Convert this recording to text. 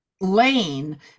lane